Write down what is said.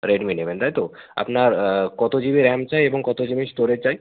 Redmi নেবেন তাই তো আপনার কত জি বি র্যাম চাই এবং কত জি বি স্টোরেজ চাই